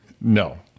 No